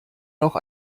noch